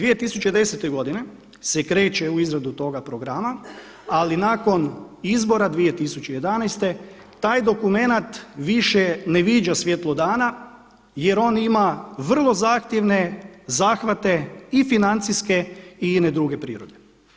2010. godine se kreće u izradu toga programa, ali nakon izbora 2011. taj dokumenat više ne viđa svjetlo dana jer on ima vrlo zahtjevne zahvate i financijske i ine druge prirode.